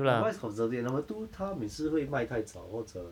no one is conservative number two 他每次会卖太早或者